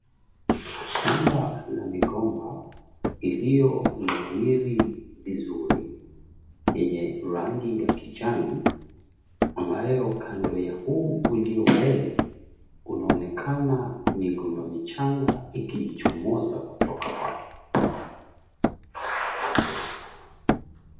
Shamba la migomba iliyonawiri vizuri yenye rangi ya kijani, ambayo kando ya huu ulio mbele kunaonekana migomba michanga ikijichomoza kutoka kwake.